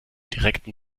direkten